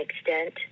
extent